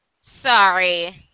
Sorry